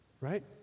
right